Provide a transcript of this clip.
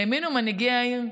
האמינו מנהיגי העיר,